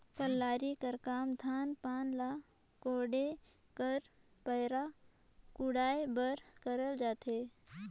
कलारी कर काम धान पान ल कोड़े बर पैरा कुढ़ाए बर करल जाथे